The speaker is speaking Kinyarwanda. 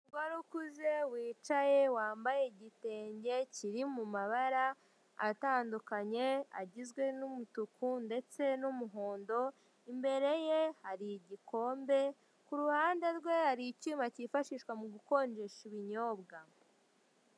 Umugore ukuze wicaye wambaye igitenge kiri mu mabara atandukanye agizwe n'umutuku ndetse n'umuhondo imbere ye hari igikombe ku ruhande rwe hari icyuma kifashishwa mu gukonjesha ibinyobwa.